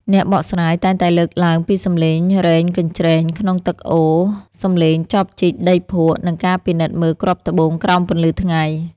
អ្នកបកស្រាយតែងតែលើកឡើងពីសម្លេងរែងកញ្ច្រែងក្នុងទឹកអូរ សម្លេងចបជីកដីភក់ និងការពិនិត្យមើលគ្រាប់ត្បូងក្រោមពន្លឺថ្ងៃ។